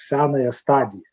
senąją stadiją